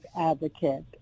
advocate